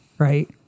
right